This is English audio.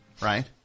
right